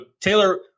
Taylor